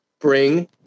Bring